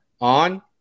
on